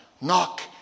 Knock